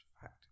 Fact